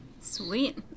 Sweet